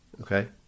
Okay